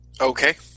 Okay